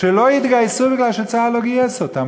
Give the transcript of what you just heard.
שלא התגייסו כי צה"ל לא גייס אותם,